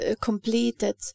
completed